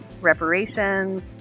reparations